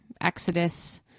Exodus